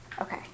Okay